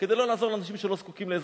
כדי שלא לעזור לאנשים שלא זקוקים לעזרה,